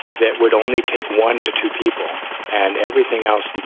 that would only take one to two people and everything else.